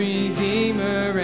Redeemer